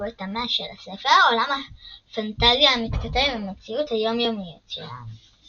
ובתמה של הספר – עולם פנטזיה המתכתב עם המציאות היומיומית שלנו.